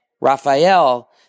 Raphael